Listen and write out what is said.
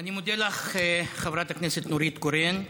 אני מודה לך, חברת הכנסת נורית קורן.